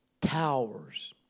towers